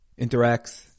interacts